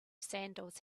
sandals